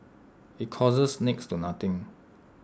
IT costs next to nothing